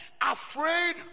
afraid